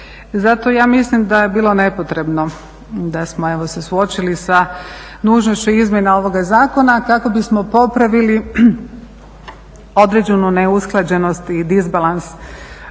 Zato ja mislim da je bilo nepotrebno da smo se suočili sa nužnošću izmjena ovoga zakona kako bismo popravili određenu neusklađenost i disbalans tijekom